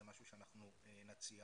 זה משהו שאנחנו נציע